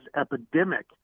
epidemic